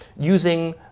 Using